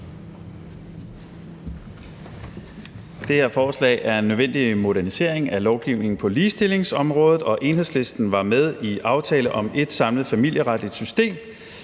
Det her forslag er en nødvendig modernisering af lovgivningen på ligestillingsområdet, og Enhedslisten var med i »Aftale om ét samlet familieretligt system«,